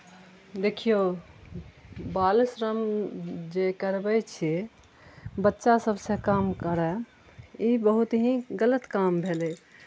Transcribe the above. देखियौ बालश्रम जे करबै छियै बच्चा सबसे काम करय ई बहुत ही गलत काम भेलै